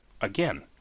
Again